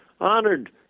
honored